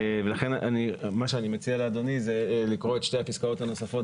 לכן מה שאני מציע לאדוני זה לקרוא את שתי הפסקאות הנוספות